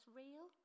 real